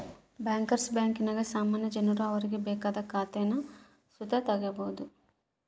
bankers ಬ್ಯಾಂಕಿನಾಗ ಸಾಮಾನ್ಯ ಜನರು ಅವರಿಗೆ ಬೇಕಾದ ಖಾತೇನ ಸುತ ತಗೀಬೋದು